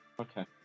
Okay